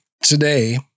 today